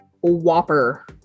Whopper